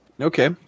Okay